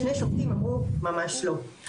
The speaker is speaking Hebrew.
שני שופטים אמרו ממש לא.